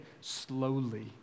slowly